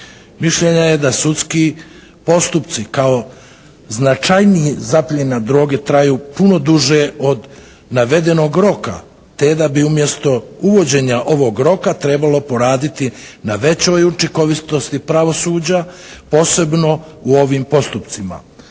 Mišljenja je da sudski postupci kao značajniji zapljena droge traju puno duže od navedenog roka, te da bi umjesto uvođenja ovog roka trebalo poraditi na većoj učinkovitosti pravosuđa, posebno u ovim postupcima.